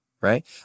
right